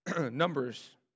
Numbers